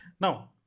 Now